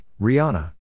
Rihanna